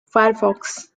firefox